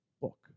book